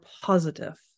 positive